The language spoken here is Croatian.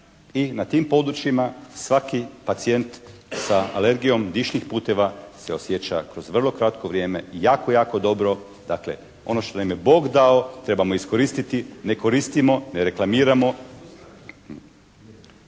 i na tim područjima svaki pacijent sa alergijom dišnih puteva se osjeća kroz vrlo kratko vrijeme jako, jako dobro. Dakle, ono što nam je Bog dao trebamo iskoristiti. Ne koristimo, ne reklamiramo.